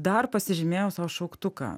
dar pasižymėjau sau šauktuką